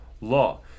law